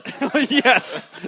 Yes